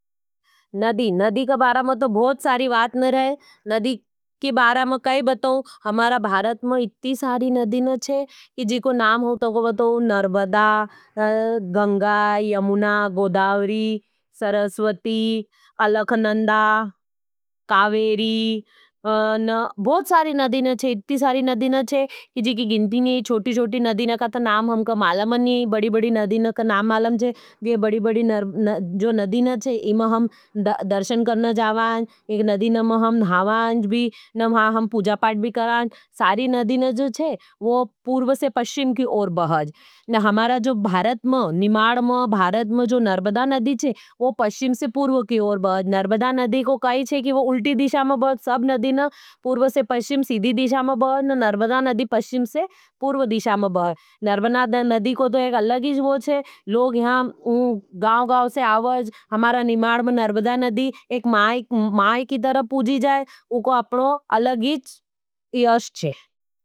नदी, नदी के बारा में तो भोत सारी वात न रहे हैं। नदी के बारा में क्या बताऊं। हमारा भारत में इतनी सारी नदीन हैं। जी को नाम हो तो बताऊं। नरबदा, गंगा, यमुना, गोडावरी, सरस्वती, अलखननदा, कावेरी। बहुत सारी नदीन हैं। इतनी सारी नदीन हैं। जी की गिंटी नहीं, चोटी-चोटी नदीन हैं। नाम हमका मालम नहीं है। बड़ी-बड़ी नदीन हैं। नाम मालम हैं। बड़ी-बड़ी नदीन हैं। इमें हम दर्शन करने जावाँ। नदीन में हम नहावाँ भी। हम पूज़ा पाड़ भी कराँ। सारी नदीन हैं। वो पूर्व से पस्चीम की ओर बहुत हैं। हमारा भारत में, निमाड में, भारत में जो नर्मदा नदी है, वो पश्चिम से पूर्व की ओर बहुत है। नर्मदा नदी को काई है, वो उल्टी दिशा में बहुत है। नर्मदा नदी पश्चिम से पूर्व दिशा में बहुत है। नर्मदा नदी पश्चिम से पूर्व दिशा में बहुत है। नर्मदा नदी को तो एक अलगी जो है। इको अलग ही यश छे।